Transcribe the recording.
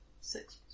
six